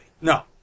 No